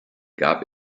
gab